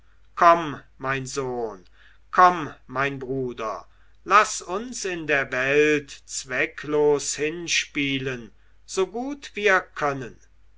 komm mein sohn komm mein bruder laß uns in der welt zwecklos hinspielen so gut wir können